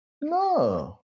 no